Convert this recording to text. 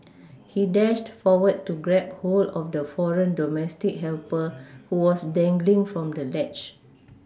he dashed forward to grab hold of the foreign domestic helper who was dangling from the ledge